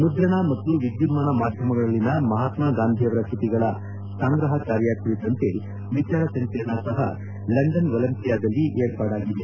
ಮುದ್ರಣ ಮತ್ತು ವಿದ್ಯುನ್ಮಾನ ಮಾಧ್ಯಮದಲ್ಲಿನ ಮಹಾತ್ಮಾ ಗಾಂಧಿ ಅವರ ಕೃತಿಗಳ ಸಂಗ್ರಹ ಕಾರ್ಯ ಕುರಿತಂತೆ ವಿಚಾರ ಸಂಕಿರಣ ಸಹ ಲಂಡನ್ ಒಲಂಪಿಯಾದಲ್ಲಿ ಏರ್ಪಾಡಾಗಿದೆ